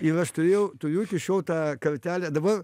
ir aš turėjau turiu iki šiol tą kartelę dabar